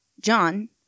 John